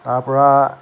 তাৰ পৰা